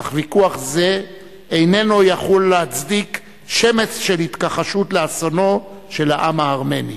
אך ויכוח זה איננו יכול להצדיק שמץ של התכחשות לאסונו של העם הארמני.